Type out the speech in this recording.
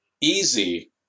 easy